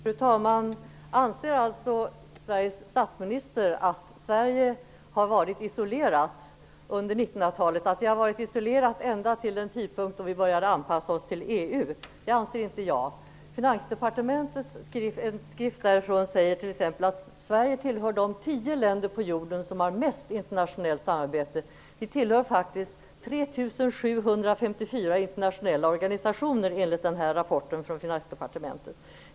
Fru talman! Anser Sveriges statsminister att Sverige har varit isolerat under 1900-talet ända till den tidpunkt då vi började anpassa oss till EU? Det anser inte jag. I en skrift från Finansdepartementet står det t.ex. att Sverige tillhör de tio länder på jorden som har mest internationellt samarbete. Vi tillhör faktiskt 3 754 internationella organisationer enligt denna rapport från Finansdepartementet.